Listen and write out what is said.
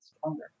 stronger